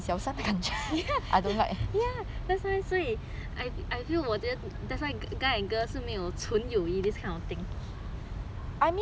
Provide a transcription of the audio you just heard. ya that's why 所以 I feel that's why guy and girl 是没有纯友谊 this kind of thing